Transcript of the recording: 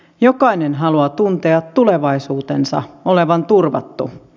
jokainen haluaa tuntea tulevaisuutensa olevan turvattu